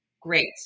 Great